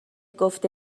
گفته